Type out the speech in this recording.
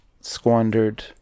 squandered